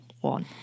one